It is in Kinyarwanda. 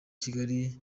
kigali